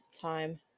time